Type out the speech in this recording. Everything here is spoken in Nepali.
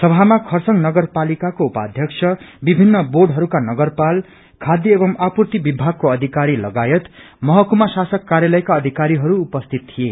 सभामा खरसाङ नगरपालिकाको उपाध्यक्ष विभिन्न र्बोडहरूको नगरपाल खाध्य एवं आपूर्ति विमागको अधिकारी लगायत महकुमा शासक कार्यालयको अधिकारीहरू उपस्थित थिए